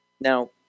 Now